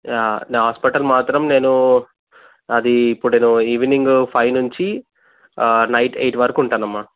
yeah నా hospital మాత్రం నేను అది ఇప్పుడు నేను ఈవెనింగ్ ఫైవ్ నుంచి నైట్ ఎయిట్ వరకు ఉంటానమ్మా